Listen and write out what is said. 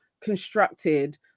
constructed